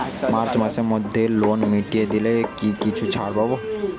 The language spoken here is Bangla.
মার্চ মাসের মধ্যে লোন মিটিয়ে দিলে কি কিছু ছাড় পাব?